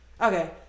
Okay